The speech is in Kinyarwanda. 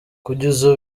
kugeza